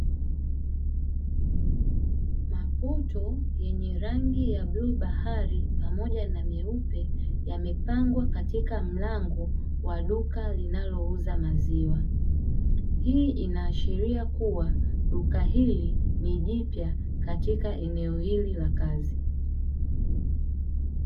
Maputo yenye rangi ya bluu bahari pamoja na nyeupe yamepangwa katika mlango wa duka linalouza maziwa, hii inaashiria kuwa duka hili ni jipya katika eneo hili la kazi.